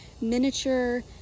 miniature